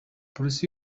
polisi